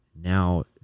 Now